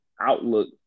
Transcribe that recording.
outlook